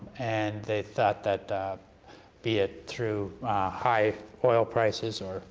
and they thought that be it through high oil prices or